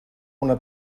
una